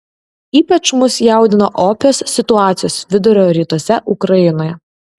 ypač mus jaudina opios situacijos vidurio rytuose ukrainoje